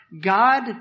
God